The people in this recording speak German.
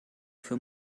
für